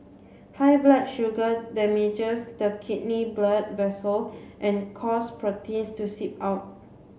high blood sugar damages the kidney blood vessel and cause protein to seep out